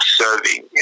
serving